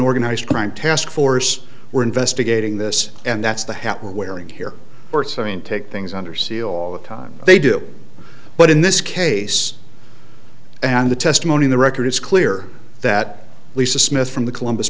organized crime task force we're investigating this and that's the hat we're wearing here or so i mean take things under seal all the time they do but in this case and the testimony in the record is clear that lisa smith from the columbus